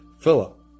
Philip